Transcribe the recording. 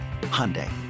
Hyundai